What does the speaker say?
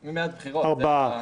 ארבעה.